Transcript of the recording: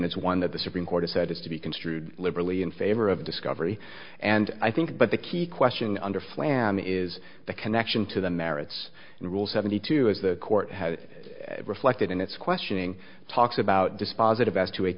it's one that the supreme court has said has to be construed liberally in favor of discovery and i think but the key question under flamm is the connection to the merits and rules seventy two is the court reflected in its questioning talks about dispositive as to a